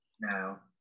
now